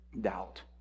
doubt